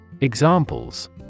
Examples